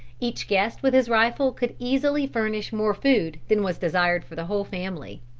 each guest with his rifle could easily furnish more food than was desired for the whole family.